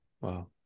wow